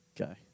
Okay